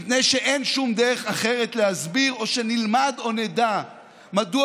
מפני שאין שום דרך אחרת להסביר או שנלמד או נדע מדוע